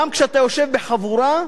גם כשאתה יושב בחבורה,